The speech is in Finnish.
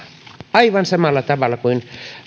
aivan samalla tavalla kuin